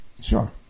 Sure